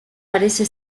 parece